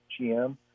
GM